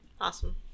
Awesome